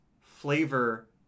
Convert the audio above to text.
flavor